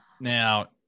now